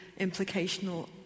implicational